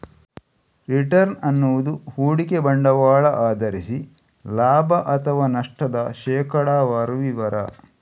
return ಅನ್ನುದು ಹೂಡಿಕೆ ಬಂಡವಾಳ ಆಧರಿಸಿ ಲಾಭ ಅಥವಾ ನಷ್ಟದ ಶೇಕಡಾವಾರು ವಿವರ